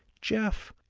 geoff,